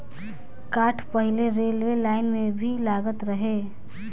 काठ पहिले railway line में भी लागत रहे